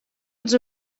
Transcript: els